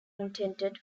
intended